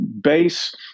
base